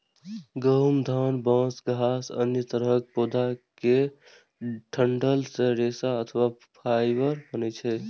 गहूम, धान, बांस, घास आ अन्य तरहक पौधा केर डंठल सं रेशा अथवा फाइबर बनै छै